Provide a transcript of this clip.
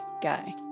guy